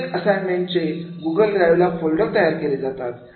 प्रत्येक असाइन्मेंट चे Google drive ला फोल्डर्स तयार केले जातात